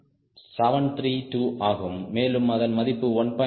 732 ஆகும் மேலும் அதன் மதிப்பு 1